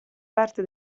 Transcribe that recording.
parte